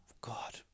God